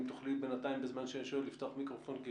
מה